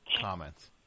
comments